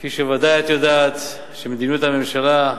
כפי שוודאי את יודעת, מדיניות הממשלה,